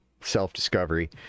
self-discovery